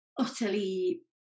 utterly